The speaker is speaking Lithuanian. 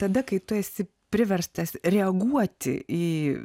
tada kai tu esi priverstas reaguoti į